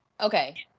Okay